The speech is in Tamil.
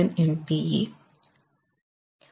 257 MPa